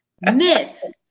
Miss